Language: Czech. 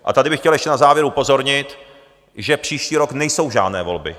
A tady bych chtěl ještě na závěr upozornit, že příští rok nejsou žádné volby.